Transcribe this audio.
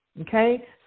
Okay